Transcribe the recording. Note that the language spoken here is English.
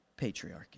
patriarchy